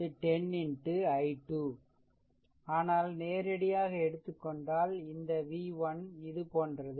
எனவே v1 10 x I2 ஆனால் நேரடியாக எடுத்துக் கொண்டால் இந்த v1 இதுபோன்றது